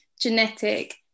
genetic